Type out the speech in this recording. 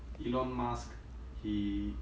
elon musk he